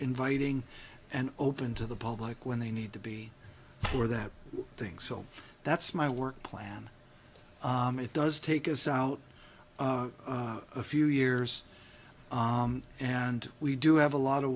inviting and open to the public when they need to be for that things so that's my work plan it does take us out a few years and we do have a lot of